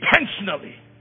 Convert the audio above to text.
intentionally